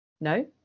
no